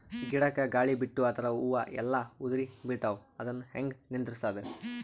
ಗಿಡಕ, ಗಾಳಿ ಬಿಟ್ಟು ಅದರ ಹೂವ ಎಲ್ಲಾ ಉದುರಿಬೀಳತಾವ, ಅದನ್ ಹೆಂಗ ನಿಂದರಸದು?